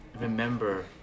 remember